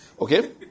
Okay